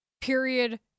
period